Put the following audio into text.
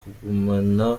kugumana